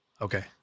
Okay